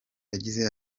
yagize